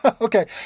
Okay